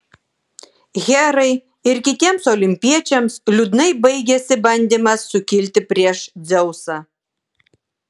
herai ir kitiems olimpiečiams liūdnai baigėsi bandymas sukilti prieš dzeusą